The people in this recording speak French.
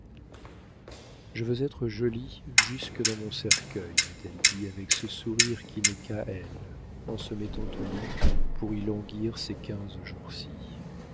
je veux être jolie jusque dans mon cercueil m'a-t-elle dit avec ce sourire qui n'est qu'à elle en se mettant au lit pour y languir ces quinze jours-ci